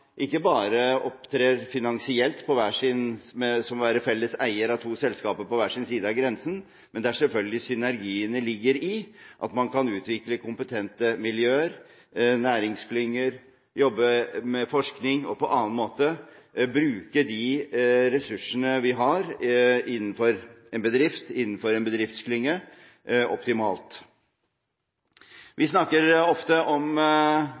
ikke bare opptrer finansielt som å være felles eier av to selskaper på hver sin side av grensen, men der synergiene selvfølgelig ligger i at man kan utvikle kompetente miljøer, næringsklynger, jobbe med forskning og på annen måte bruke de ressursene vi har innenfor en bedrift, innenfor en bedriftsklynge, optimalt. Vi snakker ofte om